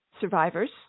survivors